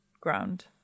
ground